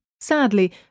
Sadly